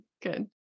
good